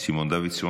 סימון דוידסון,